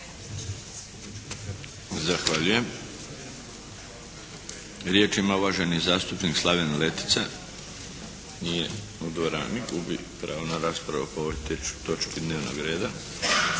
Zahvaljujem. Riječ ima uvaženi zastupnik Slaven Letica. Nije u dvorani. Gubi pravo na raspravu po ovoj točki dnevnog reda.